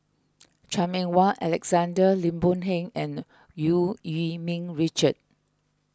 Chan Meng Wah Alexander Lim Boon Heng and Eu Yee Ming Richard